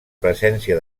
presència